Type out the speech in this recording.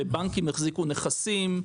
שבנקים החזיקו נכסים,